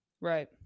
Right